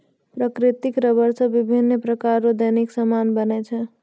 प्राकृतिक रबर से बिभिन्य प्रकार रो दैनिक समान बनै छै